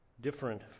different